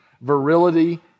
virility